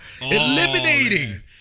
eliminating